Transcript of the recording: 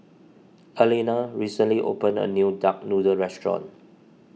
Arlena recently opened a new Duck Noodle restaurant